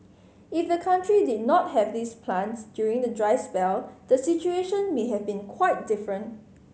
if the country did not have these plants during the dry spell the situation may have been quite different